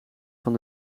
van